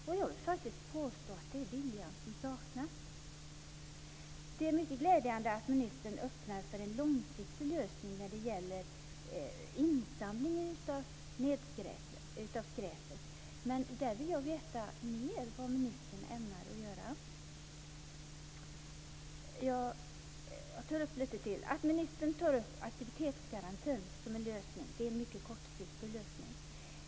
Jag vill faktiskt påstå att det är viljan som saknas. Det är mycket glädjande att ministern öppnar för en långsiktig lösning när det gäller insamling av skräpet. Där vill jag veta mer vad ministern ämnar att göra. Aktivitetsgarantin, som ministern tar upp som en lösning i svaret, är en mycket kortsiktig lösning.